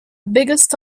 biggest